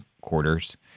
quarters